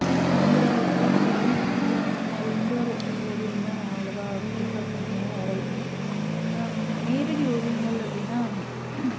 வீட்டு உள்ள வீட்டு வீட்டுக்குள்ளே அந்தமாதிரி இன்டோர் ஓவியம் தான் நான் அவ்வளோவா ப்ரீஃபர் பண்ணுவேன் வரைவேன் நேரடி ஓவியங்கள் அப்படினா